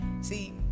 see